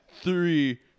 Three